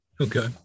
Okay